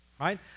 right